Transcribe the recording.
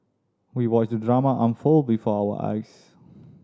we watched the drama unfold before our eyes